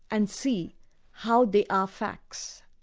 and see how they are facts,